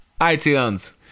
iTunes